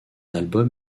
album